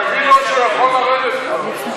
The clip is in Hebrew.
תגיד לו שהוא יכול לרדת כבר.